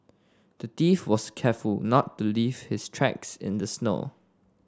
the thief was careful to not leave his tracks in the snow